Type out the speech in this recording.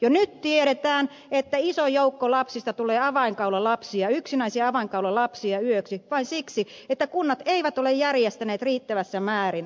jo nyt tiedetään että isosta joukosta lapsia tulee avainkaulalapsia yksinäisiä avainkaulalapsia yöksi vain siksi että kunnat eivät ole järjestäneet riittävässä määrin hoitopaikkoja